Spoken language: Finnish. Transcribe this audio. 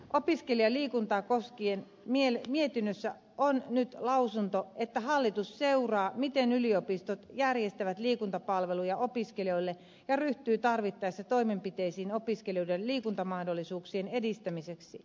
opiskelijaliikuntaa koskien mietinnössä on nyt lausunto että hallitus seuraa miten yliopistot järjestävät liikuntapalveluja opiskelijoille ja ryhtyy tarvittaessa toimenpiteisiin opiskelijoiden liikuntamahdollisuuksien edistämiseksi